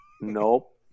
Nope